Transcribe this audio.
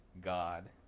God